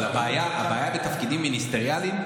אבל הבעיה בתפקידים מיניסטריאליים,